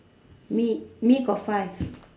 me me got five